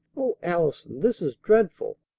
o allison! this is dreadful!